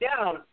down